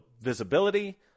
visibility